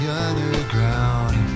underground